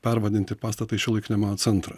pervadinti pastatą į šiuolaikinio meno centrą